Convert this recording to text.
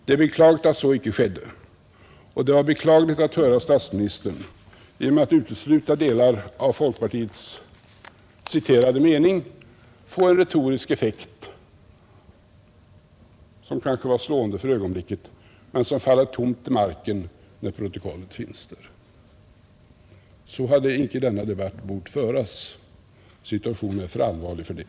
Det är beklagligt att så icke skedde och det var beklagligt att herr statsministern, genom att utesluta delar av en från folkpartiledaren citerad mening, nådde en retorisk effekt som kanske var slående för ögonblicket men som faller platt till marken när protokollet föreligger. Så hade inte denna debatt bort föras. Situationen är för allvarlig för det.